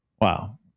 Wow